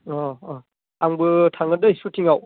अह अह आंबो थांगोन दै सुथिङाव